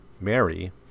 Mary